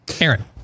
Aaron